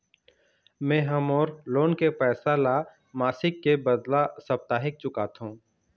में ह मोर लोन के पैसा ला मासिक के बदला साप्ताहिक चुकाथों